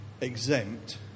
exempt